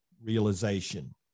realization